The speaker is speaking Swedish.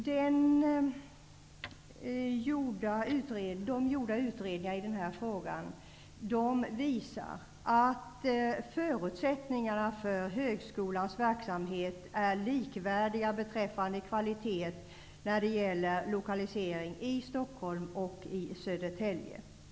De utredningar som gjorts i denna fråga visar att förutsättningarna för högskolans verksamhet är likvärdiga beträffande kvalitet vid en lokalisering i Stockholm eller i Södertälje.